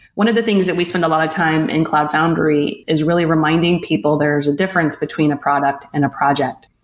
one of the things that we spend a lot of time in cloud foundry is really reminding people there's a difference between a product and a project.